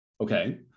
Okay